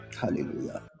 Hallelujah